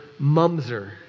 mumser